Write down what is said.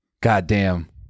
goddamn